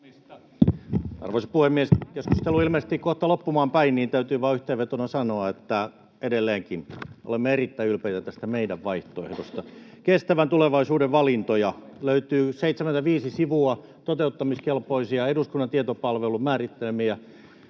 Arvoisa puhemies! Kun keskustelu on ilmeisesti kohta loppumaan päin, niin täytyy vain yhteenvetona sanoa, että edelleenkin olemme erittäin ylpeitä tästä meidän vaihtoehdosta. Kestävän tulevaisuuden valintoja löytyy 75 sivua, toteuttamiskelpoisia, eduskunnan tietopalvelun määrittelemiä: